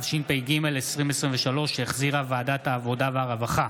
התשפ"ג 2023, שהחזירה ועדת העבודה והרווחה,